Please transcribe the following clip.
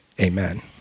Amen